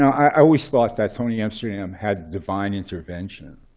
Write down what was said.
i always thought that tony amsterdam had divine intervention.